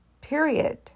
Period